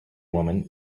woman